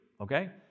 Okay